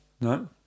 No